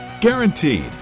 Guaranteed